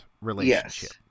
relationship